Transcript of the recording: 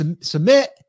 submit